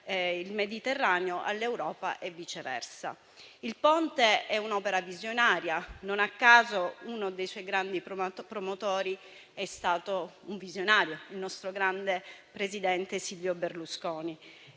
il Mediterraneo all'Europa e viceversa. Il Ponte è un'opera visionaria. Non a caso uno dei suoi grandi promotori è stato un visionario, il nostro grande presidente Silvio Berlusconi.